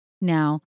now